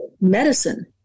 medicine